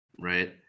right